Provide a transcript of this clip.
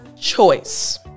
choice